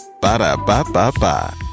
Ba-da-ba-ba-ba